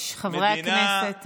חברי הכנסת,